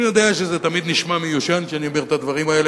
אני יודע שזה תמיד נשמע מיושן כשאני אומר את הדברים האלה,